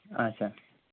اچھا